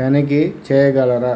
తనిఖీ చేయగలరా